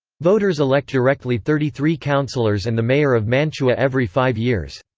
voters elect directly thirty three councilors and the mayor of mantua every five years.